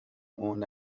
own